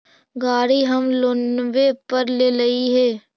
गाड़ी हम लोनवे पर लेलिऐ हे?